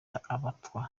abatwa